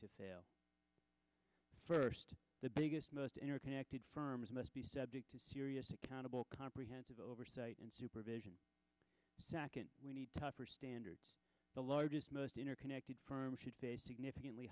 to fail first the biggest most interconnected firms must be subject to serious accountable comprehensive oversight and supervision sakin we need tougher standards the largest most interconnected firms should be a significant